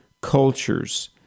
cultures